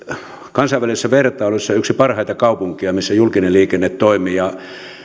kansainvälisessä vertailussa yksi parhaita kaupunkeja missä julkinen liikenne toimii ja